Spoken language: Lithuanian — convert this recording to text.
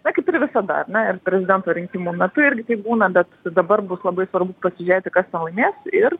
na kaip ir visada ar ne ir prezidento rinkimų metu irgi taip būna bet dabar bus labai svarbu pasižiūrėti kas tą laimės ir